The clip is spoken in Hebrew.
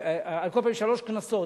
על כל פנים, שלוש כנסות.